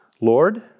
Lord